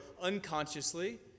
unconsciously